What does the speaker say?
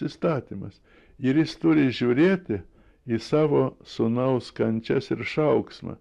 įstatymas ir jis turi žiūrėti į savo sūnaus kančias ir šauksmą